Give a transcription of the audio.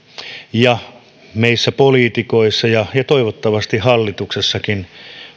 ja meillä poliitikoilla ja toivottavasti hallituksessakin